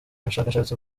ubushakashatsi